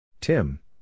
Tim